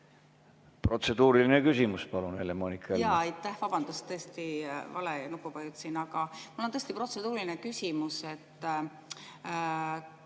Protseduuriline küsimus, palun, Helle-Moonika